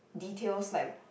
details like